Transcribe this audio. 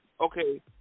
okay